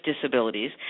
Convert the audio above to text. disabilities